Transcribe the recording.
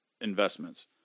investments